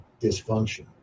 dysfunction